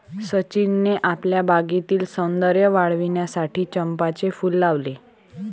सचिनने आपल्या बागेतील सौंदर्य वाढविण्यासाठी चंपाचे फूल लावले